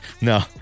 no